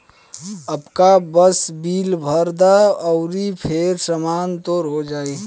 अबका बस बिल भर द अउरी फेर सामान तोर हो जाइ